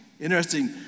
Interesting